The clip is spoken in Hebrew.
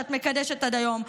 שאת מקדשת עד היום.